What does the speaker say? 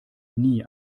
nie